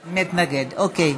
מתנגד, אוקיי.